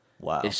Wow